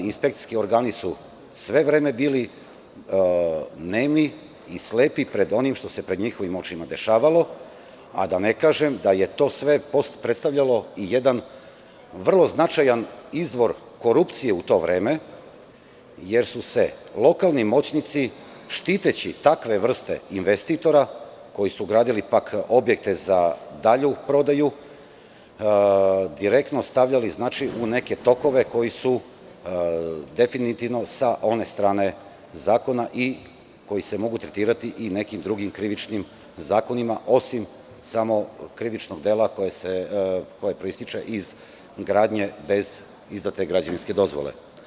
Inspekcijski organi su sve vreme bili nemi i slepi pred onim što se pred njihovim očima dešavalo, a da ne kažem da je to sve predstavljalo i jedan vrlo značajan izvor korupcije u to vreme, jer su se lokalni moćnici, štiteći takve vrste investitora koji su gradili objekte za dalju prodaju, direktno stavljali u neke tokove koji su definitivno sa one strane zakona i koji se mogu tretirati i nekim drugim krivičnim zakonima, osim samo krivičnog dela koje proističe iz gradnje bez izdate građevinske dozvole.